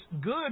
good